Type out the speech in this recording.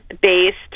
based